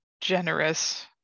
generous